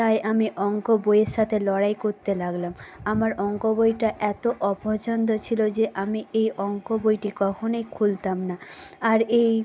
তাই আমি অঙ্ক বইয়ের সাথে লড়াই করতে লাগলাম আমার অঙ্ক বইটা এত অপছন্দ ছিল যে আমি এই অঙ্ক বইটি কখনোই খুলতাম না আর এই